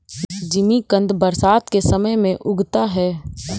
जिमीकंद बरसात के समय में उगता है